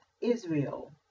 Israel